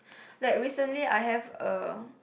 like recently I have uh